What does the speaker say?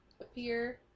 appear